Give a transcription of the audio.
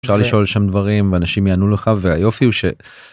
אפשר לשאול שם דברים אנשים יענו לך והיופי הוא ש...